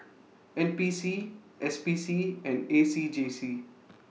N P C S P C and A C J C